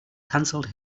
canceled